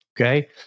Okay